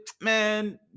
man